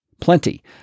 plenty